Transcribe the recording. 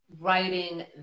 Writing